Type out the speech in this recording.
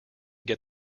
get